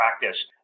practice